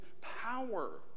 power